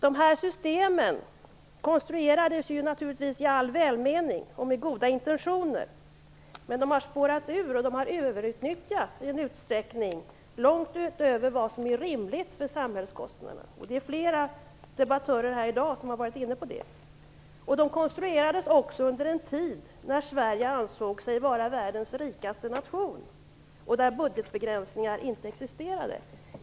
Välfärdssystemen konstruerades naturligtvis i all välmening och med goda intentioner, men de har spårat ur och de har överutnyttjats i en utsträckning som ligger långt utöver vad som är rimligt med hänsyn till samhällskostnaderna. Flera debattörer här i dag har varit inne på det. Systemen konstruerades under en tid när Sverige ansåg sig vara världens rikaste nation, där budgetbegränsningar inte existerade.